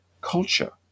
culture